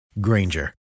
Granger